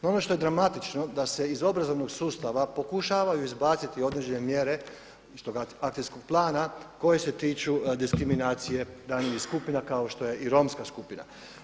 No ono što je dramatično da se iz obrazovnog sustava pokušavaju izbaciti određene mjere iz toga akcijskog plana koje se tiču diskriminacije daljnjih skupina kao što je i Romska skupina.